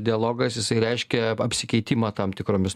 dialogas jisai reiškia apsikeitimą tam tikromis